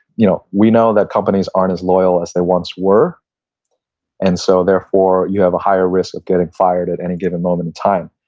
you know we know that companies aren't as loyal as they once were and so there for you have a higher risk of getting fired at any given moment in time,